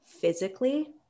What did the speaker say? physically